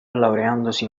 laureandosi